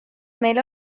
meil